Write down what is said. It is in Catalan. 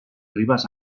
ribes